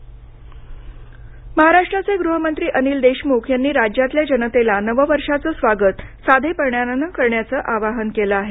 महाराष्ट्र आवाहन महाराष्ट्राचे गृह मंत्री अनिल देशमुख यांनी राज्यातल्या जनतेला नववर्षाचं स्वागत साधेपणानं करण्याचं आवाहन केलं आहे